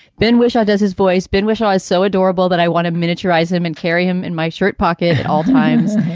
ben whishaw does his voice. ben whishaw is so adorable that i want to miniaturised him and carry him in my shirt pocket at all times.